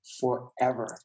forever